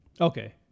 Okay